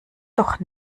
doch